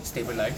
stabilised